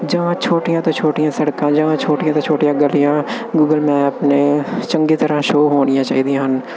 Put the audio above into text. ਜਾਂ ਛੋਟੀਆਂ ਤੋਂ ਛੋਟੀਆਂ ਸੜਕਾਂ ਜਾਂ ਛੋਟੀਆਂ ਤੋਂ ਛੋਟੀਆਂ ਗਲੀਆਂ ਗੂਗਲ ਮੈਪ ਨੇ ਚੰਗੀ ਤਰ੍ਹਾਂ ਸ਼ੋ ਹੋਣੀਆਂ ਚਾਹੀਦੀਆਂ ਹਨ